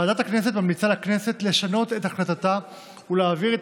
ועדת הכנסת ממליצה לכנסת לשנות את החלטתה ולהעביר את